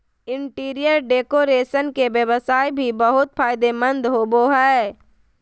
interior decoration के व्यवसाय भी बहुत फायदेमंद होबो हइ